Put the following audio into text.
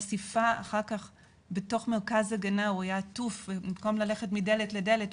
חשיפה אחר כך בתוך מרכז הגנה- הוא היה עטוף ובמקום ללכת מדלת לדלת,